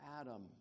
Adam